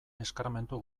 eskarmentu